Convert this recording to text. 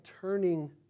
turning